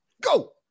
Go